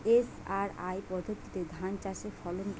SRI পদ্ধতিতে ধান চাষের ফলন কেমন?